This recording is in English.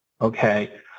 okay